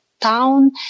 Town